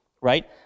right